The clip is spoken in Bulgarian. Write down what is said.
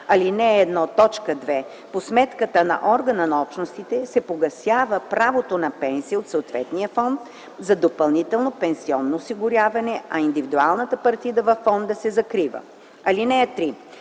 ал. 1, т. 2 по сметката на органа на Общностите се погасява правото на пенсия от съответния фонд за допълнително пенсионно осигуряване, а индивидуалната партида във фонда се закрива. (3)